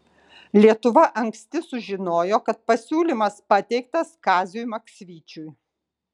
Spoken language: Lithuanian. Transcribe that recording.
lietuva anksti sužinojo kad pasiūlymas pateiktas kaziui maksvyčiui